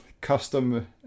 custom